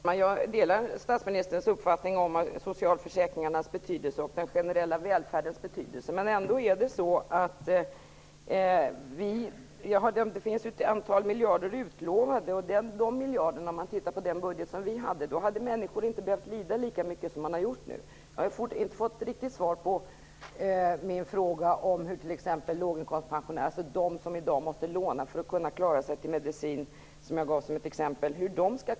Fru talman! Jag delar statsministerns uppfattning om socialförsäkringarnas betydelse och den generella välfärdens betydelse. Det har ju utlovats ett antal miljarder. Med den budget som vi hade skulle människor inte ha behövt lida så mycket som de nu har gjort. Jag har inte riktigt fått svar på min fråga om hur t.ex. låginkomstpensionärerna, som i dag måste låna för att kunna betala medicin, skall klara sig.